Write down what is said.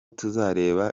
tuzareba